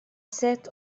set